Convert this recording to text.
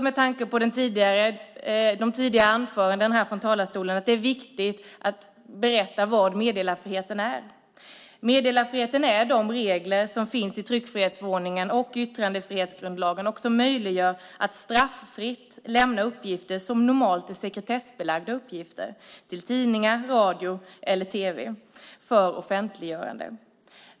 Med tanke på de tidigare anförandena från talarstolen är det viktigt att berätta vad meddelarfriheten är. Meddelarfriheten är de regler som finns i tryckfrihetsförordningen och yttrandefrihetsgrundlagen som gör det möjligt att straffritt lämna uppgifter som normalt är sekretessbelagda uppgifter till tidningar, radio eller tv för offentliggörande.